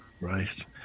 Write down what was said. Right